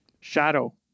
Shadow